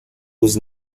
was